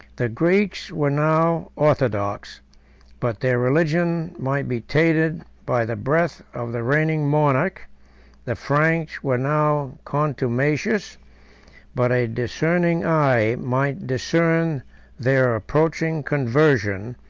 the greeks were now orthodox but their religion might be tainted by the breath of the reigning monarch the franks were now contumacious but a discerning eye might discern their approaching conversion,